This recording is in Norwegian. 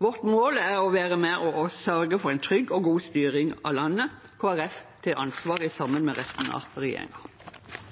Vårt mål er å være med og sørge for en trygg og god styring av landet. Kristelig Folkeparti tar ansvar sammen med